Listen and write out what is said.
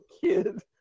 kid